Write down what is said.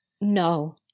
No